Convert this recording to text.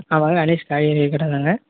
ஆமாங்க கணேஷ் காய்கறி கடை தாங்க